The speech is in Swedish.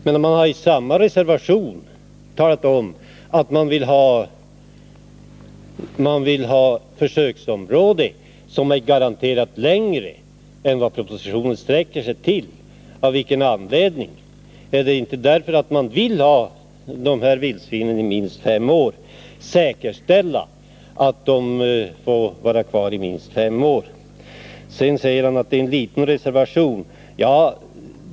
Men de har i samma reservation talat om att de vill ha en försöksperiod som är garanterat längre än vad propositionen sträcker sig till. Av vilken anledning? Är det inte därför att moderaterna vill säkerställa att vildsvinen får vara kvar i minst fem år? Arne Andersson i Ljung sade att det är en liten reservation som moderaterna har avgett.